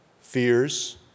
fears